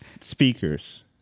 Speakers